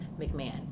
McMahon